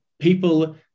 people